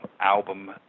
album